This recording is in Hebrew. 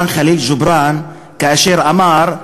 כאשר אמר: